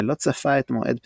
ולא צפה את מועד פתיחתה,